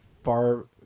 far